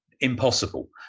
impossible